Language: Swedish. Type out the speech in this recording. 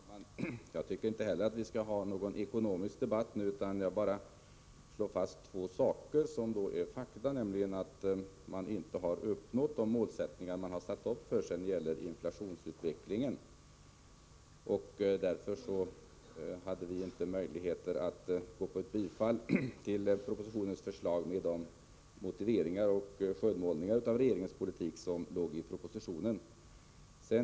Herr talman! Jag tycker inte heller att vi skall föra en ekonomisk debatt nu, utan jag vill bara slå fast två fakta, nämligen att man inte har nått de uppställda målen när det gäller inflationsutvecklingen. Därför hade vi inte möjligheter att tillstyrka förslaget i propositionen, med de motiveringar och den skönmålning av regeringens politik som där finns.